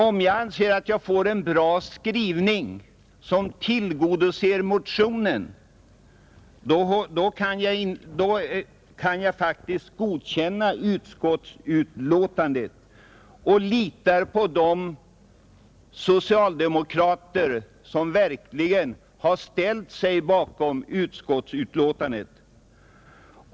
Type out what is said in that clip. Om jag anser att jag får en bra skrivning som tillgodoser motionens syfte, kan jag ansluta mig till vad som skrivs i betänkandet, och jag litar på de socialdemokrater som ställt sig bakom denna skrivning.